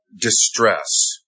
distress